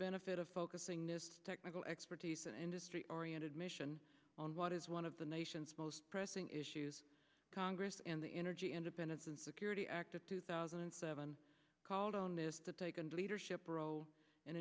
benefit of focusing this technical expertise and industry oriented mission on what is one of the nation's most pressing issues congress and the energy independence and security act of two thousand and seven called on this to take and leadership role